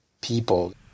people